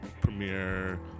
premiere